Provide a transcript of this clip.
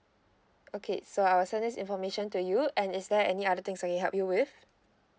okay so I will send this information to you and is there any other things I can help you with